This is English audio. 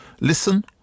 listen